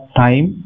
time